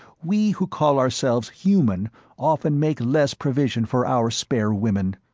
we who call ourselves human often make less provision for our spare women.